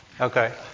Okay